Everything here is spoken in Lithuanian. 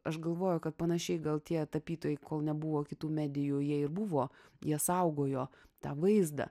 aš galvoju kad panašiai gal tie tapytojai kol nebuvo kitų medijų jie ir buvo jie saugojo tą vaizdą